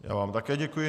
Já vám také děkuji.